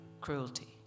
cruelty